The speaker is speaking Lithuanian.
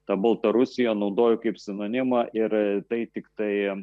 tą baltarusiją naudoju kaip sinonimą ir tai tiktai